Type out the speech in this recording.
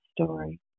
story